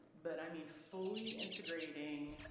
but i mean fully integrating